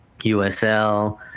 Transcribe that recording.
USL